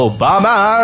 Obama